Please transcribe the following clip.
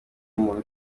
umuntu